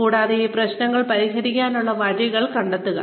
കൂടാതെ ഈ പ്രശ്നങ്ങൾ പരിഹരിക്കാനുള്ള വഴികൾ കണ്ടെത്തുക